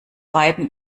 beiden